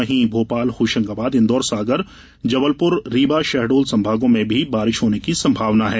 वहीं भोपाल होशंगाबाद इंदौर सागर जबलपुर रीवा शहडोल संभागों में भी बारिश होने की संभावना है